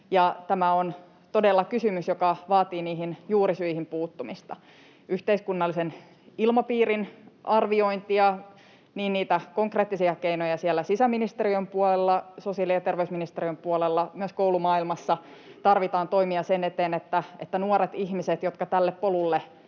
tämä on todella kysymys, joka vaatii juurisyihin puuttumista, yhteiskunnallisen ilmapiirin arviointia, konkreettisia keinoja siellä sisäministe-riön puolella, sosiaali‑ ja terveysministeriön puolella ja myös koulumaailmassa. [Juha Mäenpään välihuuto] Tarvitaan toimia sen eteen, että pystyisimme estämään sen,